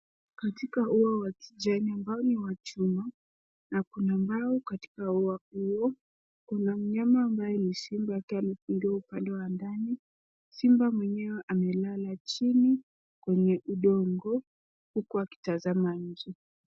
Katika ua wa kijani ambao ni wa chuma na kuna mawe na katika ua huo kuna mnyama ambaye ni simba akiwa katika upande wa ndani. Simba mwenyewe amelala chini kwenye udongo huku akitazama nje.